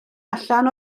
allan